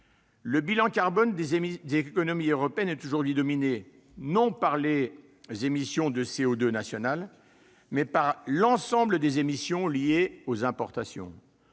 Le bilan carbone des économies européennes est aujourd'hui dominé, non par les émissions de CO2 nationales, mais par l'ensemble des émissions liées aux importations.